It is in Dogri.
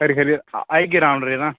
खरी आई जाह्गे रामनगरै ई तां